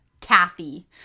Kathy